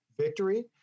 victory